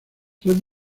tres